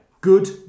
Good